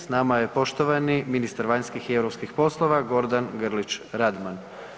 S nama je poštovani ministar vanjskih i europskih poslova Gordan Grlić Radman.